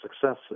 success